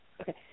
Okay